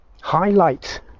highlight